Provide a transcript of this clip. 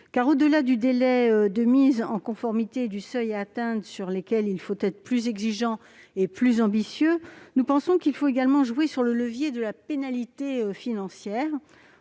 Au-delà du délai de mise en conformité et du seuil à atteindre, sur lesquels il faut être plus exigeant et ambitieux, nous pensons qu'il faut également jouer sur le levier de la pénalité financière.